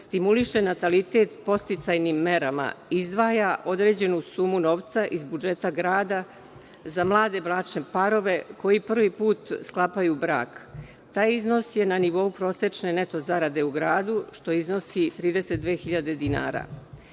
stimuliše natalitet podsticajnim merama, izdvaja određenu sumu novca iz budžeta grada za mlade bračne parove koji prvi put sklapaju brak. Taj iznos je na nivou prosečne neto zarade u gradu, što iznosi 32.000